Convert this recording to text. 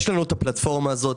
יש לנו הפלטפורמה הזאת,